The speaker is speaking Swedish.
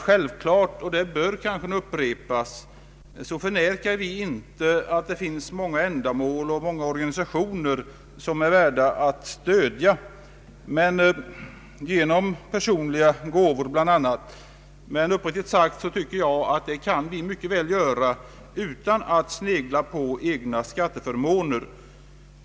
Självfallet — detta bör kanske upprepas — förnekar vi inte att det finns många organisationer och många ändamål som är värda att stödja genom bl.a. personliga gåvor, men uppriktigt sagt tycker jag att man mycket väl kan göra det utan att snegla på egna skatteförmåner.